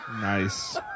Nice